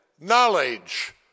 knowledge